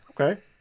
Okay